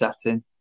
setting